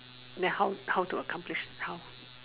then how how to accomplish how